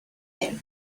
here